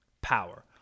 power